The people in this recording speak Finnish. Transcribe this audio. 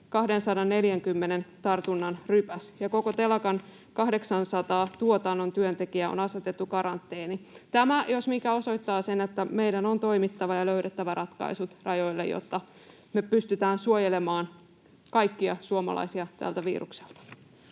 240 tartunnan rypäs, ja koko telakan 800 tuotannon työntekijää on asetettu karanteeniin. Tämä jos mikä osoittaa sen, että meidän on toimittava ja löydettävä ratkaisut rajoille, jotta me pystytään suojelemaan kaikkia suomalaisia tältä virukselta.